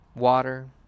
Water